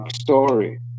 story